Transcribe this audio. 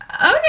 Okay